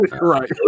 Right